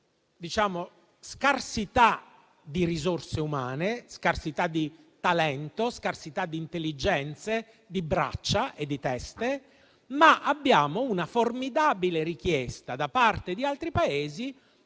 di scarsità di risorse umane, scarsità di talento, scarsità di intelligenze, di braccia e di teste, ma abbiamo una formidabile richiesta da parte di altri Paesi